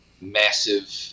massive